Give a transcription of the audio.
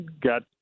got